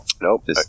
Nope